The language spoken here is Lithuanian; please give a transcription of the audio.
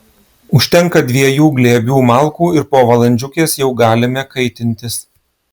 užtenka dviejų glėbių malkų ir po valandžiukės jau galime kaitintis